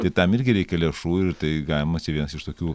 tai tam irgi reikia lėšų ir tai galimas ir vienas iš tokių